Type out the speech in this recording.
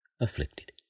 afflicted